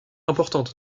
importante